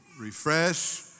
refresh